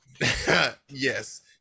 Yes